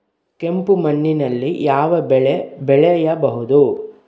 ಕೆಂಪು ಮಣ್ಣಿನಲ್ಲಿ ಯಾವ ಬೆಳೆ ಬೆಳೆಯಬಹುದು?